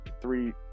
three